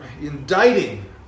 indicting